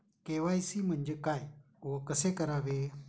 KYC म्हणजे काय व कसे करावे?